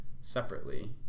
separately